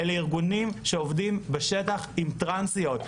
אלה ארגונים שעובדים בשטח עם טרנסיות.